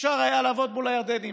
אפשר היה לעבוד מול הירדנים.